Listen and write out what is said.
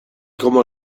como